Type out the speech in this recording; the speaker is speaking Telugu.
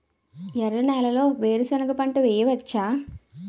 ఎర్ర నేలలో వేరుసెనగ పంట వెయ్యవచ్చా?